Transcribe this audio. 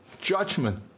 judgment